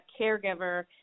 caregiver